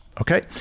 okay